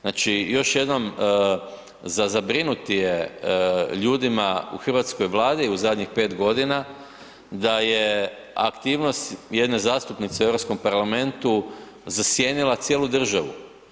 Znači, još jednom za zabrinuti je ljudima u Hrvatskoj vladi u zadnjih 5 godina da je aktivnost jedne zastupnice u Europskom parlamentu zasjenila cijelu državu.